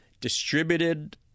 distributed